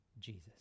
Jesus